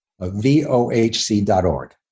Vohc.org